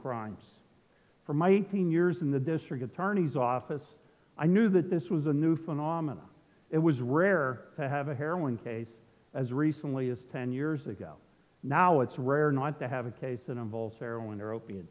crimes for my eighteen years in the district attorney's office i knew that this was a new phenomena it was rare to have a heroin case as recently as ten years ago now it's rare not to have a case